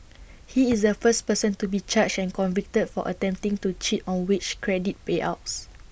he is the first person to be charged and convicted for attempting to cheat on wage credit payouts